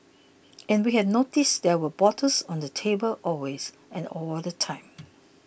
and we had noticed there were bottles on the table always and all the time